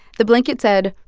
the blanket said,